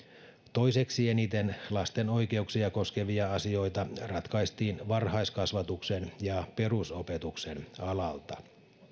toiseksi eniten lasten oikeuksia koskevia asioita ratkaistiin varhaiskasvatuksen ja perusopetuksen alalta